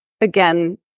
again